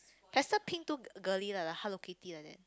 pastel pink too girly lah like Hello-Kitty like that